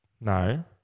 No